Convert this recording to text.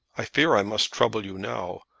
i fear i must trouble you now.